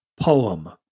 poem